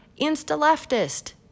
insta-leftist